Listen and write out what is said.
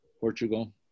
Portugal